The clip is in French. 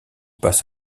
passe